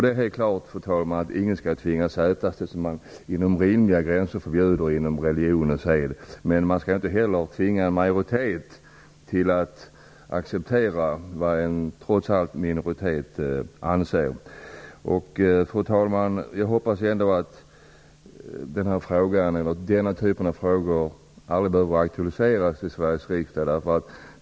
Det är klart, fru talman, att ingen skall tvingas äta sådant som är förbjudet enligt religion eller sed, men man skall inte heller tvinga en majoritet att acceptera vad en minoritet anser. Jag hoppas att denna typ av frågor aldrig skall behöva aktualiseras i Sveriges riksdag.